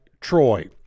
Troy